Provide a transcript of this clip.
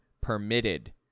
permitted